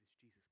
Jesus